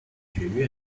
学院